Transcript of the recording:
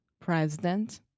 President